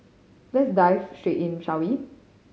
let's dive straight in shall we